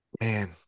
man